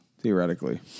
Theoretically